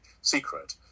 secret